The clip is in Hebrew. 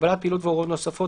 (הגבלת פעילות והוראות נוספות),